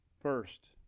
First